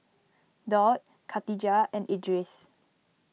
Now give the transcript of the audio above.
Daud Khatijah and Idris